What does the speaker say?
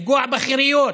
לפגוע בחירויות,